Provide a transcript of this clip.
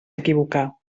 equivocar